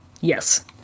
Yes